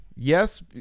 Yes